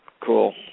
Cool